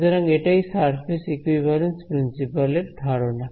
সুতরাং এটাই surface equivalence principle এর ধারণা